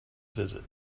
visit